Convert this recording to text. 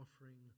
offering